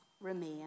remain